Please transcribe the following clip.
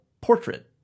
portrait